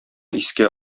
искә